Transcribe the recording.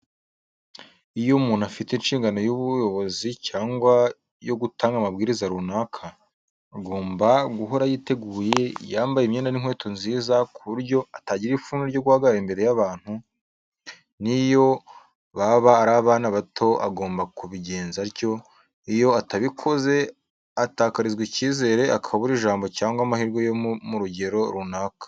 Iyo umuntu afite inshingano y'ubuyobozi cyangwa yo gutanga amabwiriza runaka, agomba guhora yiteguye, yambaye imyenda n'inkweto nziza ku buryo atagira ipfunwe ryo guhagarara imbere y'abantu, n'iyo baba ari abana bato agomba kubigenza atyo, iyo atabikoze atakarizwa icyizere, akabura ijambo cyangwa amahirwe mu rugero runaka.